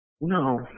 No